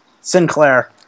Sinclair